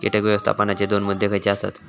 कीटक व्यवस्थापनाचे दोन मुद्दे खयचे आसत?